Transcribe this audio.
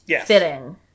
fitting